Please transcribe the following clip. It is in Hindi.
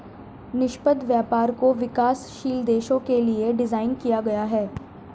निष्पक्ष व्यापार को विकासशील देशों के लिये डिजाइन किया गया है